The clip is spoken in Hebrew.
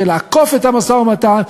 לאכוף את המשא-ומתן,